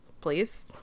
please